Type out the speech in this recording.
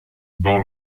dans